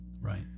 Right